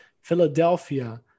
Philadelphia